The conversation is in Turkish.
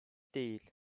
değil